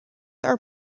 are